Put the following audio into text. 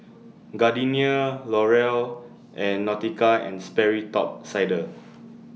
Gardenia Laurier and Nautica and Sperry Top Sider